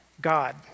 God